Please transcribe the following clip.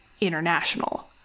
international